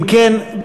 אם כן,